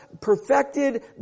perfected